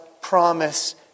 promise